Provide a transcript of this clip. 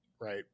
Right